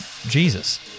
Jesus